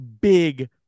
big